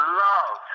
love